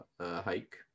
hike